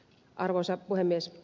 arvoisa puhemies